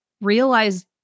realize